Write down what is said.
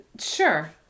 Sure